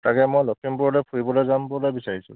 তাকে মই লখিমপুৰলৈ ফুৰিবলৈ যাম বুলি বিচাৰিছোঁ